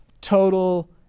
total